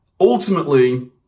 Ultimately